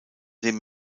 dem